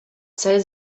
цей